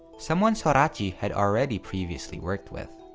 someone sorachi had already previously worked with.